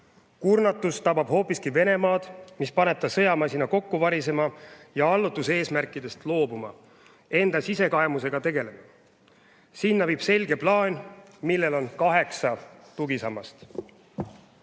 Kurnatus tabab hoopiski Venemaad. See paneb Vene sõjamasina kokku varisema ja oma allutuseesmärkidest loobuma, enda sisekaemusega tegelema. Sinna viib selge plaan, millel on kaheksa tugisammast.